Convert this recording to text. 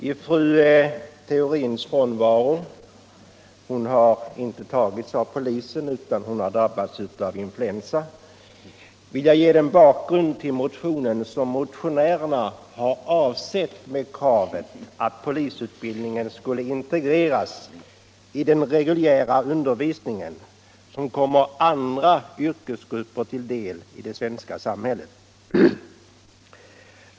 I fru Theorins frånvaro — hon har inte tagits av polisen utan drabbats av influensa — vill jag ge en bakgrund till motionen och vad motionärerna har avsett med kravet att polisutbildningen skulle integreras i den reguljära undervisning som kommer andra yrkesgrupper till del i det svenska samhället.